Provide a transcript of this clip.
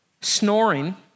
Snoring